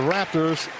Raptors